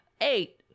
Eight